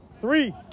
three